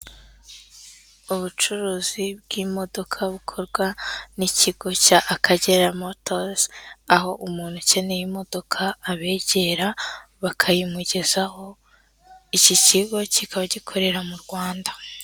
Ubucuruzi bw'imodoka bukorwa n'ikigo cya Akagera motozi aho umuntu ukeneye imodoka abegera bakayimugezaho. Iki kigo kikaba gikorera mu Rwanda.